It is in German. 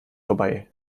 vorbei